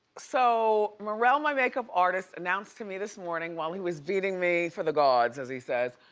so, merrell, my makeup artist, announced to me this morning, while he was beating me for the gods, as he says,